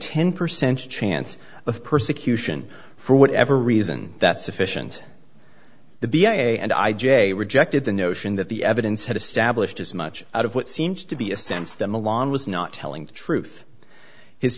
ten percent chance of persecution for whatever reason that sufficient the b a and i j rejected the notion that the evidence had established as much out of what seems to be a sense that milan was not telling the truth his